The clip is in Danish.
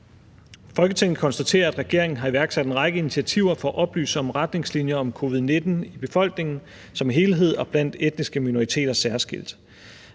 »Folketinget konstaterer, at regeringen har iværksat en række initiativer for at oplyse om retningslinjer om covid-19 i befolkningen som helhed og blandt etniske minoriteter særskilt.